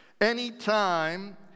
Anytime